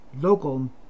local